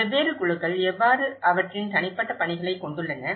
வெவ்வேறு குழுக்கள் எவ்வாறு அவற்றின் தனிப்பட்ட பணிகளைக் கொண்டுள்ளன